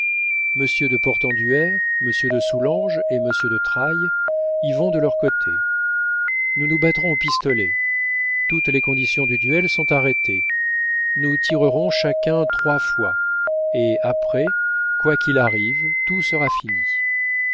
monsieur de portenduère monsieur de soulanges et monsieur de trailles y vont de leur côté nous nous battrons au pistolet toutes les conditions du duel sont arrêtées nous tirerons chacun trois fois et après quoi qu'il arrive tout sera fini